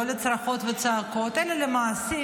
לא על צרחות ועל הצעקות אלא על המעשים,